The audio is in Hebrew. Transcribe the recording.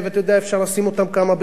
אפשר לשים אותם כמה בחדר,